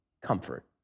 comfort